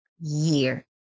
year